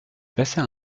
passait